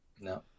No